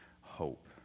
hope